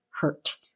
hurt